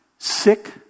Sick